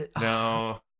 no